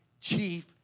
chief